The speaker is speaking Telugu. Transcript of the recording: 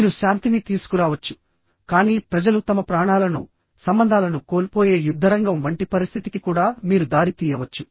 మీరు శాంతిని తీసుకురావచ్చు కానీ ప్రజలు తమ ప్రాణాలను సంబంధాలను కోల్పోయే యుద్ధరంగం వంటి పరిస్థితికి కూడా మీరు దారి తీయవచ్చు